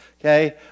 okay